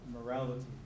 morality